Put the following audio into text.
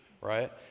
right